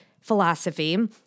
philosophy